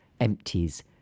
empties